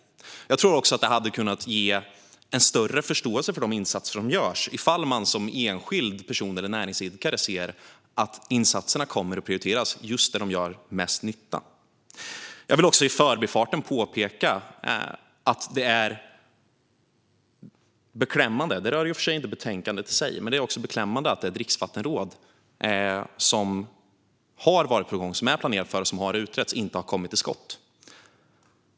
Jag tror att det hade kunnat ge en större förståelse för de insatser som görs ifall man som enskild person eller näringsidkare ser att insatser kommer att prioriteras just där de gör mest nytta. Jag vill i förbifarten påpeka, även om det i och för sig inte rör betänkandet i sig, att det är beklämmande att det dricksvattenråd som har varit på gång, som är planerat för och som har utretts inte har kommit till skott.